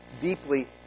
deeply